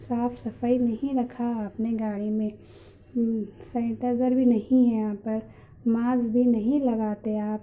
صاف صفائی نہیں رکھا آپ نے گاڑی میں سینی ٹائیزر بھی نہیں ہے یہاں پر ماسک بھی نہیں لگاتے آپ